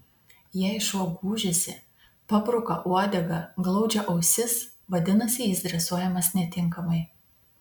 jei šuo gūžiasi pabruka uodegą glaudžia ausis vadinasi jis dresuojamas netinkamai